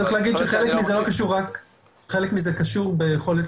אני צריך להגיד שחלק מזה קשור ביכולת